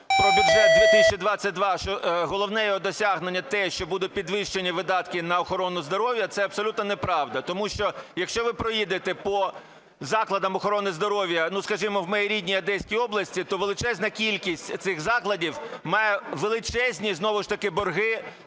про бюджет 2022, що головне його досягнення, те, що будуть підвищені видатки на охорону здоров'я – це абсолютно неправда. Тому що, якщо ви проїдете по закладам охорони здоров'я, ну, скажімо, в моїй рідній Одеській області, то величезна кількість цих закладів має величезні знову ж таки борги